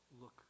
look